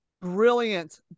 Brilliant